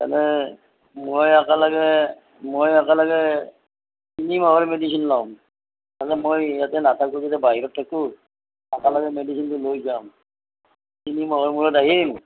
এনেই মই একেলগে মই একেলগে তিনি মাহৰ মেডিচিন ল'ম মই ইয়াতে নাথাকোঁ মানে বাহিৰত থাকোঁ একেলগে মেডিচিনটো লৈ যাম তিনি মাহৰ মূৰত আহিম